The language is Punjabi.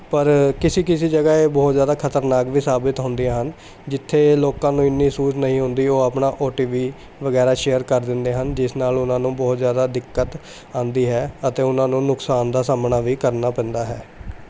ਪਰ ਕਿਸੀ ਕਿਸੀ ਜਗ੍ਹਾ ਇਹ ਬਹੁਤ ਜ਼ਿਆਦਾ ਖਤਰਨਾਕ ਵੀ ਸਾਬਿਤ ਹੁੰਦੇ ਹਨ ਜਿੱਥੇ ਲੋਕਾਂ ਨੂੰ ਇੰਨੀ ਸੂਝ ਨਹੀਂ ਹੁੰਦੀ ਉਹ ਆਪਣਾ ਓ ਟੀ ਪੀ ਵਗੈਰਾ ਸ਼ੇਅਰ ਕਰ ਦਿੰਦੇ ਹਨ ਜਿਸ ਨਾਲ ਉਹਨਾਂ ਨੂੰ ਬਹੁਤ ਜ਼ਿਆਦਾ ਦਿੱਕਤ ਆਉਂਦੀ ਹੈ ਅਤੇ ਉਹਨਾਂ ਨੂੰ ਨੁਕਸਾਨ ਦਾ ਸਾਹਮਣਾ ਵੀ ਕਰਨਾ ਪੈਂਦਾ ਹੈ